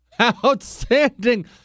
Outstanding